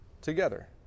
together